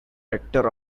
rector